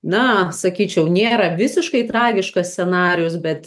na sakyčiau nėra visiškai tragiškas scenarijus bet